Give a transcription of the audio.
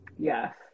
Yes